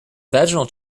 vaginal